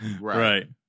Right